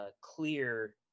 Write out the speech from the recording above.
Clear